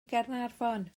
gaernarfon